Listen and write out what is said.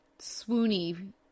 swoony